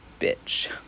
bitch